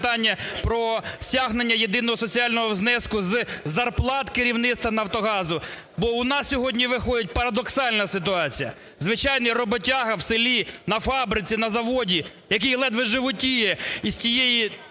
питання про стягнення єдиного соціального внеску з зарплат керівництва "Нафтогазу"? Бо у нас сьогодні виходить парадоксальна ситуація. Звичайний роботяга в селі, на фабриці, на заводі, який ледве животіє із тих